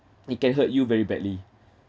it can hurt you very badly